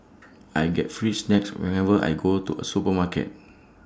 I get free snacks whenever I go to A supermarket